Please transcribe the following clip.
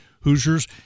Hoosiers